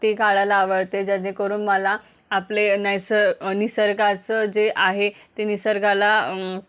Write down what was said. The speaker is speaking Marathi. ते काढायला आवडते जेणेकरून मला आपले नैस निसर्गाचं जे आहे ते निसर्गाला